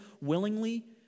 willingly